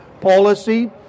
policy